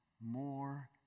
more